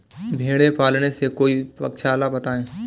भेड़े पालने से कोई पक्षाला बताएं?